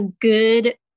good